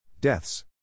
Deaths